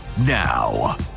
now